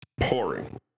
pouring